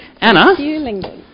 Anna